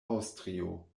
aŭstrio